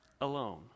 alone